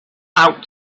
out